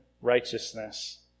righteousness